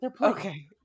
okay